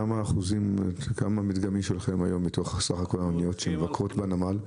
מה אחוז המדגם שלכם מתוך סך כל האניות שמבקרות בנמל?